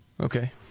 okay